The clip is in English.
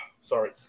sorry